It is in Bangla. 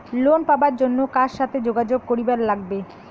লোন পাবার জন্যে কার সাথে যোগাযোগ করিবার লাগবে?